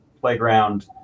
Playground